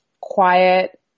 quiet